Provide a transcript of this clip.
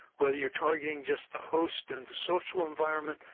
whether you are targeting just the host and the social environment,